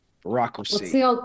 Bureaucracy